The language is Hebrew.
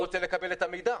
אתה לא רוצה לקבל את המידע.